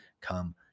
come